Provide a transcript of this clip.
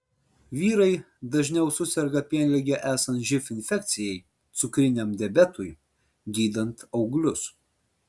vyrai dažniau suserga pienlige esant živ infekcijai cukriniam diabetui gydant auglius